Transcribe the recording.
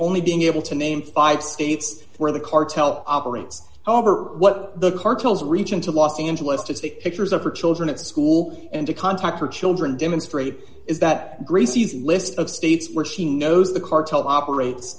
only being able to name five states where the cartel operates however what the cartels reach into los angeles to take pictures of her children at school and to contact her children demonstrate is that greasy the list of states where she knows the cartel operates